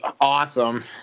awesome